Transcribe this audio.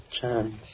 chance